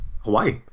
Hawaii